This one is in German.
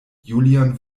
julian